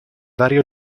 vario